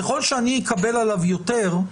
ככל שאני אקבל עליו יותר,